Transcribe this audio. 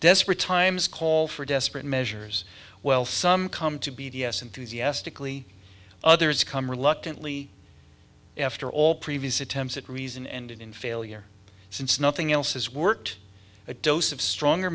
desperate times call for desperate measures well some come to b d s enthusiastically others come reluctantly after all previous attempts at reason ended in failure since nothing else has worked a dose of stronger